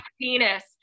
penis